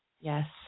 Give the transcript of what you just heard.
Yes